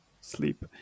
sleep